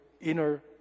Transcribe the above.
inner